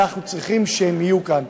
אנחנו צריכים שהן יהיו כאן.